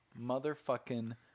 motherfucking